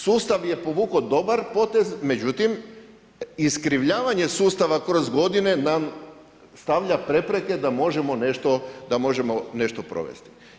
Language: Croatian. Sustav je povukao dobar potez, međutim iskrivljavanje sustava kroz godine nam stavlja prepreke da možemo nešto provesti.